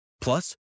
Plus